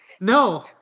No